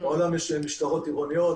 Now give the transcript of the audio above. בעולם יש משטרות עירוניות,